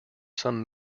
some